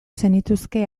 zenituzke